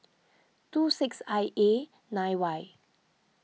two six I A nine Y